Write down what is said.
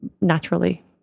naturally